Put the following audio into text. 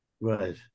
Right